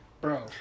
Bro